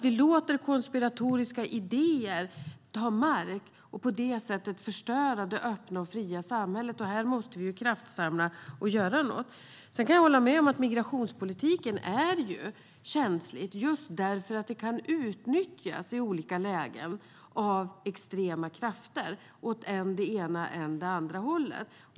Vi låter konspiratoriska idéer ta mark och på det sättet förstöra det öppna och fria samhället. Här måste vi kraftsamla och göra något. Sedan kan jag hålla med om att migrationspolitiken är känslig just därför att den kan utnyttjas i olika lägen av extrema krafter åt än det ena, än det andra hållet.